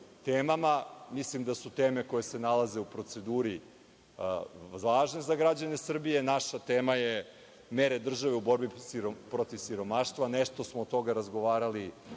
Mislim da su teme koje se nalaze u proceduri važne za građane Srbije. Naša tema je – Mere države u borbi protiv siromaštva. Nešto smo od toga razgovarali